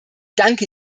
danke